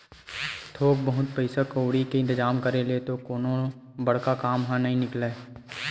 थोक बहुत पइसा कउड़ी के इंतिजाम करे ले तो कोनो बड़का काम ह नइ निकलय